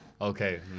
Okay